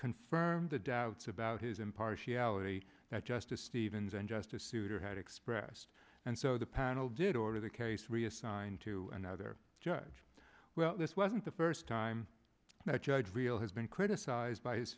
confirmed the doubts about his impartiality that justice stevens and justice souter had expressed and so the panel did order the case reassigned to another judge well this wasn't the first time that judge real has been criticised by his